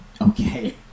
Okay